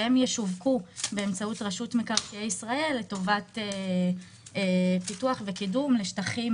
שהם ישווקו באמצעות מקרקעי ישראל לטובת פיתוח וקידום לשטחים